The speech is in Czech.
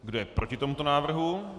Kdo je proti tomuto návrhu?